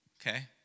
okay